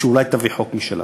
שאולי תביא חוק משלה.